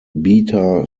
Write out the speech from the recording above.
beta